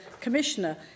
Commissioner